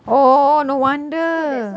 oh no wonder